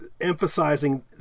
emphasizing